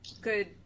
good